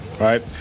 right